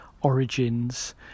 origins